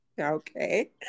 Okay